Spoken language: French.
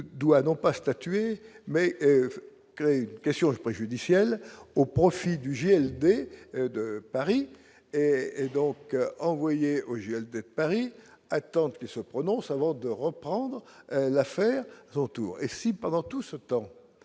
doit non pas statuer mais question préjudicielle au profit du gel des de Paris et donc envoyé au gel de Paris attendent qu'se prononce avant de reprendre l'affaire son tour et si pendant tout ce temps,